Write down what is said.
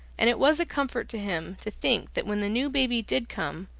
and it was a comfort to him to think that when the new baby did come,